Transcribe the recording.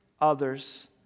others